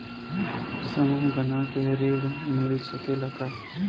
समूह बना के ऋण मिल सकेला का?